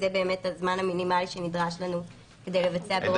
זה באמת הזמן מינימלי שנדרש לנו כדי לבצע ברוב המקרים את הבדיקה.